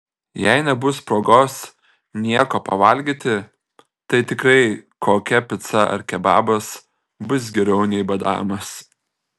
jei nebus progos nieko pavalgyti tai tikrai kokia pica ar kebabas bus geriau nei badavimas